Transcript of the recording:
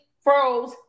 froze